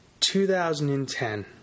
2010